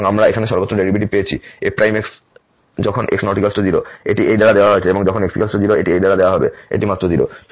সুতরাং আমরা এখানে সর্বত্র ডেরিভেটিভ পেয়েছি f যখন x ≠ 0 এটি এই দ্বারা দেওয়া হয় এবং যখন x 0 এটি এই দ্বারা দেওয়া হবে এটি মাত্র 0